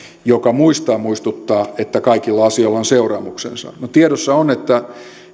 joka muistaa muistuttaa että kaikilla asioilla on seuraamuksensa no tiedossa on että